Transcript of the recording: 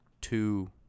two